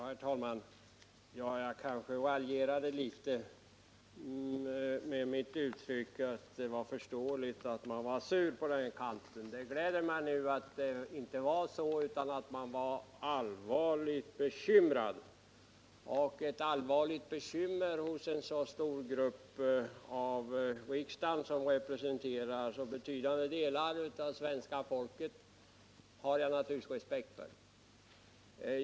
Herr talman! Jag kanske raljerade genom mitt uttryck att det var förståeligt att man var sur på en viss kant. Det gläder mig nu att det inte var så utan att man var allvarligt bekymrad, och ett allvarligt bekymmer hos en så stor grupp i riksdagen —en grupp som representerar så betydande delar av svenska folket — har jag naturligtvis respekt för.